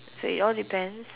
so it all depends